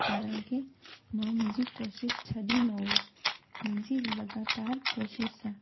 कारण खे मां मुंहिंजी कोशिशि छॾी न हुई मुंहिंजी लॻातारि कोशिशि सां